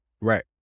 right